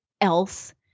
else